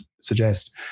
suggest